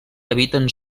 habiten